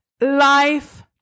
life